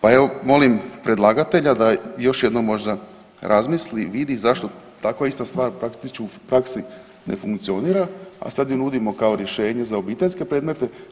Pa evo molim predlagatelja da još jednom možda razmisli, vidi zašto takva ista stvar u praksi ne funkcionira a sad ju nudimo kao rješenje za obiteljske predmete.